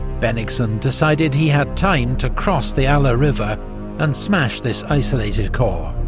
bennigsen decided he had time to cross the alle ah river and smash this isolated corps,